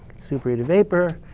super-heated vapor,